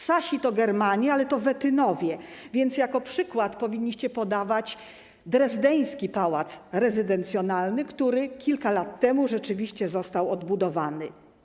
Sasi to germanie, ale to też Wettynowie, więc jako przykład powinniście podawać drezdeński pałac rezydencjonalny, który kilka lat temu rzeczywiście został odbudowany.